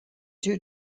two